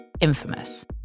infamous